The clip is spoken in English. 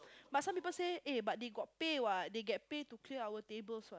but some people say eh but they got pay what they get pay to clear our tables what